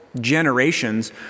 generations